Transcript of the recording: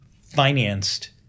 financed